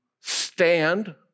stand